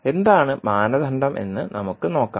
എന്താണ് മാനദണ്ഡമെന്ന് നമുക്ക് നോക്കാം